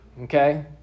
okay